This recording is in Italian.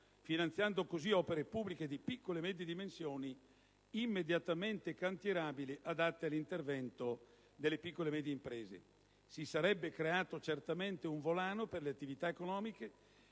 finanziando così opere pubbliche di piccole e medie dimensioni, immediatamente cantierabili, adatte all'intervento delle piccole e medie imprese. Si sarebbe creato certamente un volano per le attività economiche,